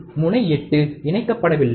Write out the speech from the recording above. மற்றும் முனை 8 இணைக்கப்படவில்லை